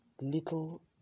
little